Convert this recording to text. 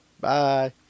Bye